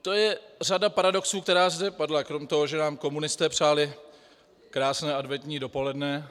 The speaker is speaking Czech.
Je tu řada paradoxů, které zde padly kromě toho, že nám komunisté přáli krásné adventní dopoledne.